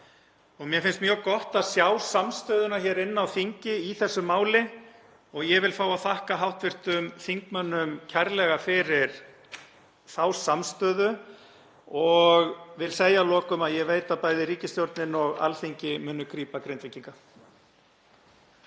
Mér finnst mjög gott að sjá samstöðuna hér á þingi í þessu máli og ég vil fá að þakka hv. þingmönnum kærlega fyrir þá samstöðu og segja að lokum að ég veit að bæði ríkisstjórnin og Alþingi munu grípa Grindvíkinga.